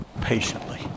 patiently